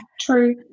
True